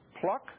pluck